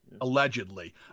Allegedly